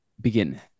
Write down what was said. begin